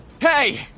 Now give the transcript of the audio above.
Hey